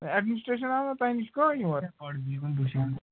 administration آو نہ تۄہہِ نِش کٔہٕنۍ اور